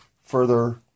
further